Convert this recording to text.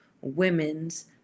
women's